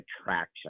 attraction